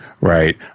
Right